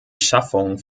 schaffung